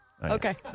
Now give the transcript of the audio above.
Okay